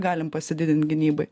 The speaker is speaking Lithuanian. galim pasididint gynybai